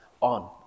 on